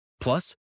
Plus